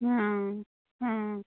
हाँ हाँ